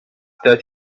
that